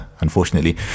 unfortunately